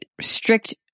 strict